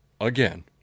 again